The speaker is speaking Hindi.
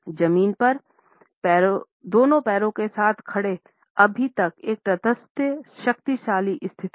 जमीन पर दोनों पैरों के साथ खड़े अभी तक एक तटस्थ शक्तिशाली स्थिति है